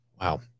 Wow